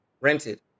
rented